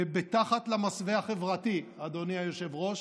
ומתחת למסווה החברתי, אדוני היושב-ראש,